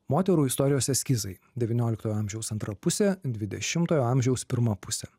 moterų istorijos eskizai devynioliktojo amžiaus antra pusė dvidešimtojo amžiaus pirma pusė